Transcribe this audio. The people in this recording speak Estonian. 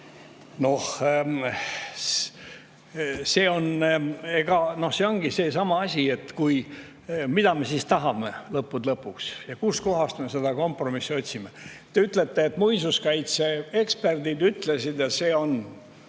Noh, see ongi seesama asi, et mida me siis lõppude lõpuks tahame ja kustkohast me seda kompromissi otsime. Te ütlete, et muinsuskaitseeksperdid ütlesid ja see on